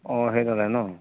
অঁ সেইডালে ন